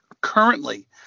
Currently